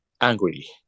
angry